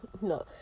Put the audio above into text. no